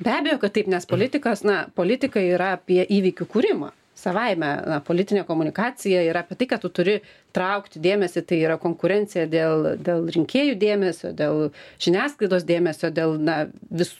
be abejo kad taip nes politikas na politikai yra apie įvykių kūrimą savaime na politinė komunikacija yra apie tai kad tu turi traukti dėmesį tai yra konkurencija dėl dėl rinkėjų dėmesio dėl žiniasklaidos dėmesio dėl na vis